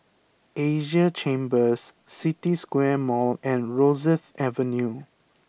Asia Chambers City Square Mall and Rosyth Avenue